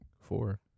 four